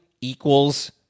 equals